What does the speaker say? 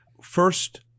First